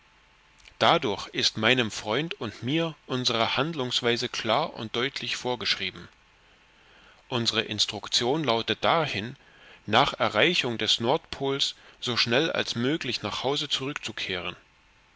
dadurch ist meinem freund und mir unsere handlungsweise klar und deutlich vorgeschrieben unsre instruktion lautet dahin nach erreichung des nordpols so schnell als möglich nach hause zurückzukehren